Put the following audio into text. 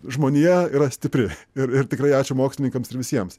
žmonija yra stipri ir ir tikrai ačiū mokslininkams ir visiems